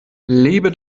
lebe